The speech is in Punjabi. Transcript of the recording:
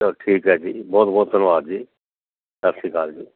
ਚਲੋ ਠੀਕ ਹੈ ਜੀ ਬਹੁਤ ਬਹੁਤ ਧੰਨਵਾਦ ਜੀ ਸਤਿ ਸ਼੍ਰੀ ਅਕਾਲ ਜੀ